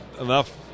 enough